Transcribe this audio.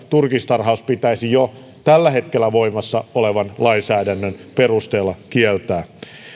turkistarhaus pitäisi jo tällä hetkellä voimassa olevan lainsäädännön perusteella kieltää